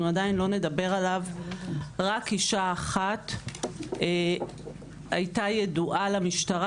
עדיין לא נדבר עליו רק אישה אחת הייתה ידועה למשטרה